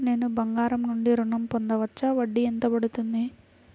నేను బంగారం నుండి ఋణం పొందవచ్చా? వడ్డీ ఎంత పడుతుంది?